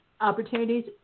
opportunities